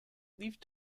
leave